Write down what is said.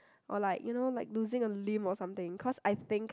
or like you know like losing a limb or something cause I think